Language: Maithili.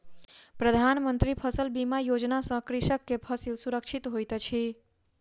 प्रधान मंत्री फसल बीमा योजना सॅ कृषक के फसिल सुरक्षित होइत अछि